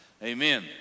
Amen